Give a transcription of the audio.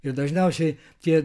ir dažniausiai tie